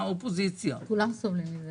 לא נלחמים נגד משקיעים.